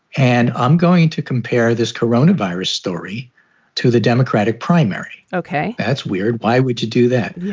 and i'm going to compare this coronavirus story to the democratic primary. ok. that's weird. why would you do that?